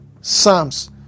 Psalms